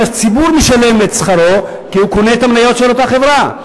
שהציבור משלם את שכרו כי הוא קונה את המניות של אותה חברה.